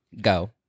go